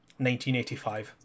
1985